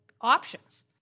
options